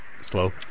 slow